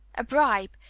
a bribe,